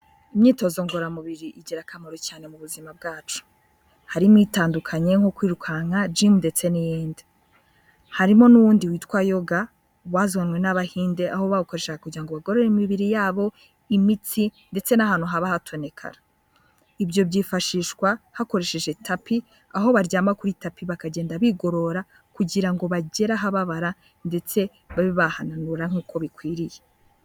Imyitozo ngororamubiri igira akamaro cyane mu buzima bwacu. Harimo itandukanye nko kwirukanka, Gym ndetse n'iyindi. Harimo n'uwundi witwa Yoga wazanywe n'Abahinde aho bawukoreshaga kugira ngo bagorore imibiri yabo, imitsi ndetse n'ahantu haba hatonekara. Ibyo byifashishwa hakoresheje tapi, aho baryama kuri tapi bakagenda bigorora, kugira ngo bagere ahababara ndetse babe bahananura nkuko bikwiriye.